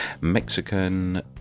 Mexican